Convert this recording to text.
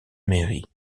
mairie